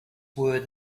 were